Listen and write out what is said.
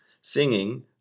singing